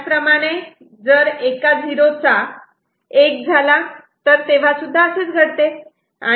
त्याचप्रमाणे जर एका 0 चा 1 झाला तर तेव्हा सुद्धा असेच घडते